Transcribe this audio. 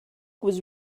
was